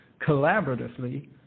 collaboratively